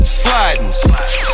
sliding